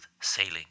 sailing